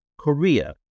Korea